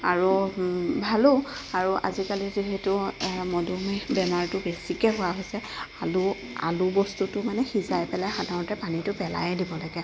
আৰু ভালো আৰু আজিকালি যিহেতু মধুমেহ বেমাৰটো বেছিকৈ হোৱা হৈছে আলু আলু বস্তুটো মানে সিজাই পেলাই সাধাৰণতে পানীটো পেলাইয়ে দিব লাগে